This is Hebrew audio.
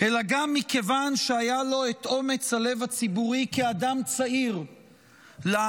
אלא גם מכיוון שהיה לו את אומץ הלב הציבורי כאדם צעיר לעמוד